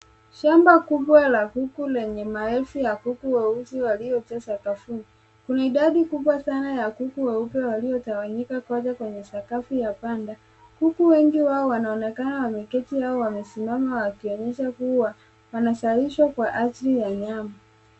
Shamba kubwa la kuku lenye maelfu ya kuku weusi waliojaa sakafuni. Kuna idadi kubwa sana ya kuku weupe waliotawanyika kote kwenye sakafu ya banda. Kuku wengi wao wanaonekana wameketi au wamesimama wakionyesha kuku wanazalishwa kwa ajili ya nyama.